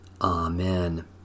Amen